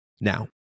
now